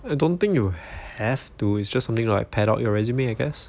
I don't think you have to it's just something like part of your resume I guess